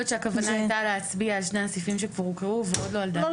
שהכוונה הייתה להצביע על שני הסעיפים שפורקו --- לא,